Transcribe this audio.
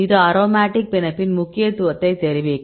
இது அரோமேட்டிக் பிணைப்பின் முக்கியத்துவத்தை தெரிவிக்கும்